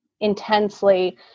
intensely